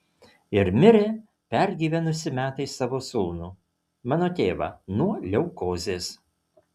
ir mirė pergyvenusi metais savo sūnų mano tėvą nuo leukozės